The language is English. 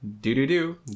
Do-do-do